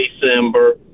December